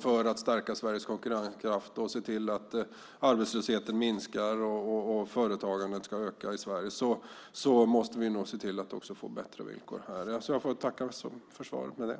för att stärka Sveriges konkurrenskraft och se till att arbetslösheten minskar och företagandet ökar i Sverige måste vi nog också se till att de får bättre villkor. Jag tackar för svaret.